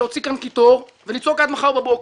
להוציא כאן קיטור ולצעוק עד מחר בבוקר,